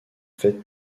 faites